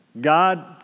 God